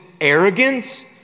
arrogance